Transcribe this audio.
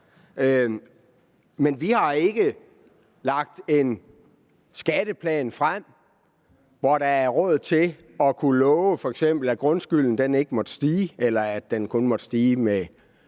men vi har ikke lagt en skatteplan frem, hvor der er råd til at kunne love f.eks., at grundskylden ikke måtte stige, eller at den kun måtte stige med